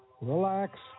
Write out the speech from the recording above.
relax